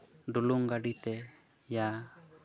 ᱰᱩᱞᱩᱝ ᱜᱟᱹᱰᱤᱛᱮ ᱭᱟ